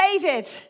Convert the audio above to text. David